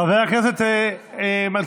חבר הכנסת מלכיאלי,